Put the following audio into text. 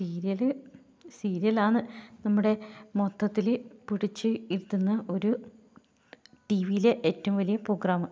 serial സീരിയലാണ് നമ്മുടെ മൊത്തത്തിൽ പിടിച്ച് ഇരുത്തുന്ന ഒരു ടി വിയിലെ ഏറ്റവും വലിയ പോഗ്രാമ്